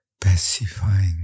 pacifying